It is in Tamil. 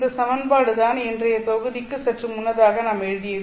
இந்த சமன்பாடு தான் இன்றைய தொகுதிக்கு சற்று முன்னதாக நாம் எழுதியது